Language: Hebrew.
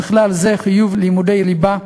ובכלל זה חיוב לימודי ליבה,